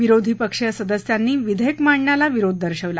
विरोधी पक्षीय सदस्यांनी विधेयक मांडण्याला विरोध दर्शवला